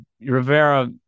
Rivera